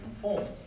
forms